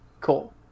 Cool